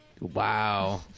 Wow